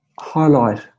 highlight